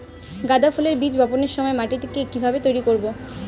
গাদা ফুলের বীজ বপনের সময় মাটিকে কিভাবে তৈরি করব?